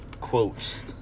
quotes